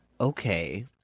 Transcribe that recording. okay